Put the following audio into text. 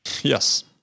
Yes